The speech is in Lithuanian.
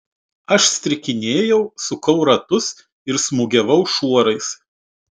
aš strikinėjau sukau ratus ir smūgiavau šuorais